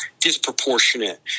disproportionate